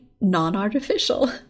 non-artificial